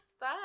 Bye